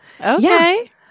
Okay